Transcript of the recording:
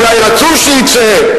אולי רצו שיצא.